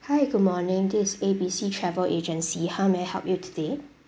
hi good morning this is A B C travel agency how may I help you today